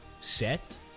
set